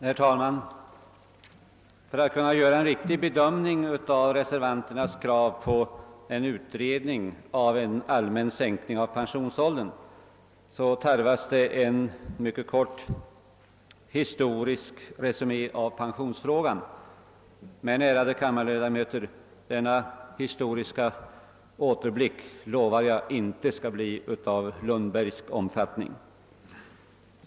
Herr talman! För att kunna göra en "iktig bedömning av reservanternas krav på en utredning av en allmän sänkning av pensionsåldern tarvas en mycket kort historisk resumé av pensionsfrågan. Men, ärade kammarledamöter, denna historiska återblick lovar jag inte skall bli av Lundbergsk omfattning.